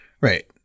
Right